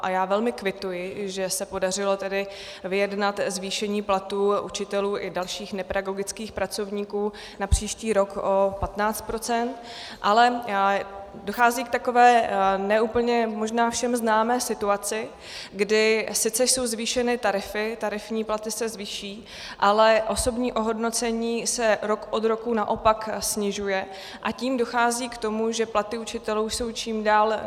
A já velmi kvituji, že se podařilo vyjednat zvýšení platů učitelů i dalších nepedagogických pracovníků na příští rok o 15 procent, ale dochází k takové ne úplně možná všem známé situaci, kdy sice jsou zvýšeny tarify, tarifní platy se zvýší, ale osobní ohodnocení se rok od roku naopak snižuje, a tím dochází k tomu, že platy učitelů jsou čím dál nivelizovanější.